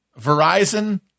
Verizon